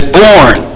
born